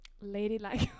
ladylike